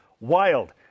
Wild